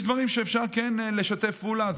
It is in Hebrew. יש דברים שאפשר כן לשתף בהם פעולה,